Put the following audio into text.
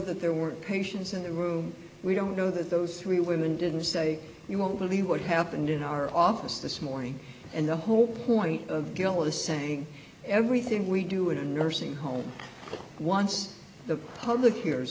that there were patients in the room we don't know that those three women didn't say you won't believe what happened in our office this morning and the whole point of kill assange everything we do in a nursing home once the public hears